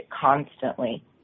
constantly